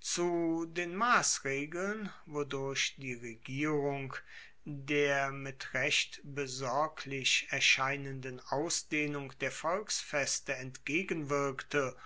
zu den massregeln wodurch die regierung der mit recht besorglich erscheinenden ausdehnung der volksfeste entgegenwirkte